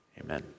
amen